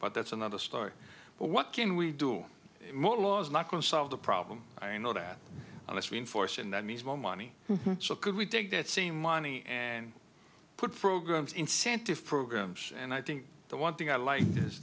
but that's another story but what can we do more law is not going to solve the problem i know that unless we enforce and that means more money could we take that same money and put programs incentive programs and i think the one thing i